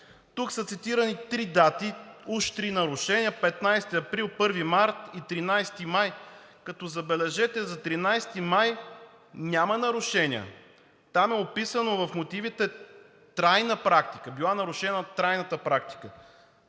Тук са цитирани три дати, уж три нарушения – 15 април, 1 март и 13 май. Като, забележете, за 13 май няма нарушения. Там е описано в мотивите – трайна практика. Била нарушена трайната практика.